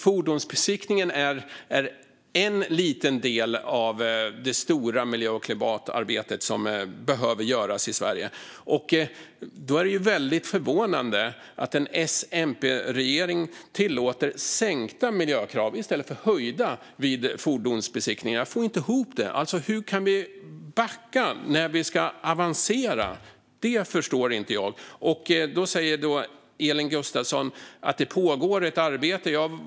Fordonsbesiktningen är en liten del av det stora miljö och klimatarbete som behöver göras i Sverige. Då är det väldigt förvånande att en S-MP-regering tillåter sänkta miljökrav i stället för att höja miljökraven vid fordonsbesiktning. Jag får inte ihop det. Hur kan vi backa när vi ska avancera? Det förstår inte jag. Då säger Elin Gustafsson att det pågår ett arbete.